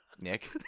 Nick